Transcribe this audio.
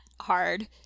hard